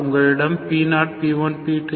உங்களிடம் P0 P1 P2